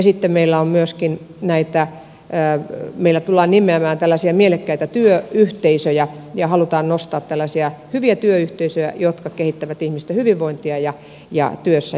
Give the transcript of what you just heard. sitten meillä tullaan myöskin nimeämään tällaisia mielekkäitä työyhteisöjä ja halutaan nostaa tällaisia hyviä työyhteisöjä jotka kehittävät ihmisten hyvinvointia ja työssäjaksamista